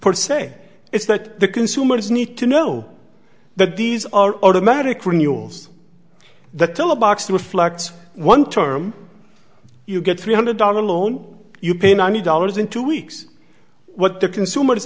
per se it's that the consumers need to know that these are automatic renewals that tell a box to reflect one term you get three hundred dollar loan you pay ninety dollars in two weeks what the consumer